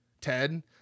Ted